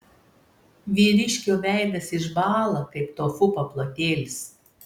vyriškio veidas išbąla kaip tofu paplotėlis